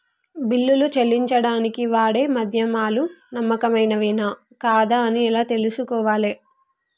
బిల్లులు చెల్లించడానికి వాడే మాధ్యమాలు నమ్మకమైనవేనా కాదా అని ఎలా తెలుసుకోవాలే?